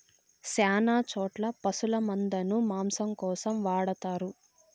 శ్యాన చోట్ల పశుల మందను మాంసం కోసం వాడతారు